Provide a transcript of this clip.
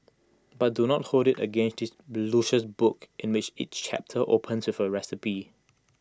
but do not hold IT against this luscious book in which each chapter opens A recipe